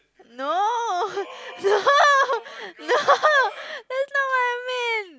no no no that's not what I meant